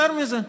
יותר מזה,